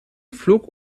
flug